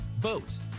boats